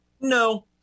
no